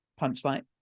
punchline